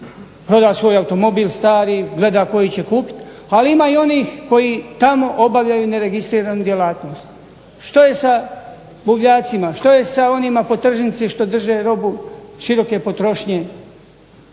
proda svoj automobil stari, gleda koji će kupiti, ali ima i onih koji tamo obavljaju neregistriranu djelatnost. Što je sa buvljacima? Što je sa onima po tržnici što drže robu široke potrošnje?